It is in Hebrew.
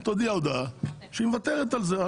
תודיע הודעה שהיא מוותרת על זה אבל